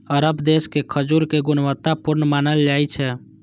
अरब देश के खजूर कें गुणवत्ता पूर्ण मानल जाइ छै